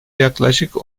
yaklaşık